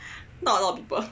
not a lot of people